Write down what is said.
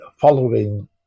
following